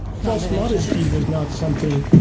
false modesty was not something but